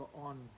on